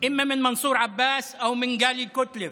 ממנסור עבאס או מטלי גוטליב,